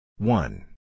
One